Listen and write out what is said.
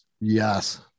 Yes